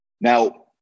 Now